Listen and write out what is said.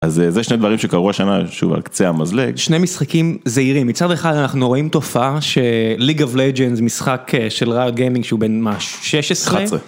אז זה שני דברים שקרו השנה שהוא על קצה המזלג, שני משחקים זעירים, מצד אחד אנחנו רואים תופעה שליג אוף לג'אנס משחק של ראר גיימינג שהוא בין משהו, 16.